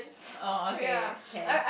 orh okay can